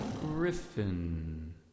Griffin